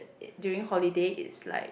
during holidays it's like